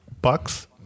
bucks